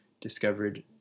discovered